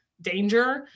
danger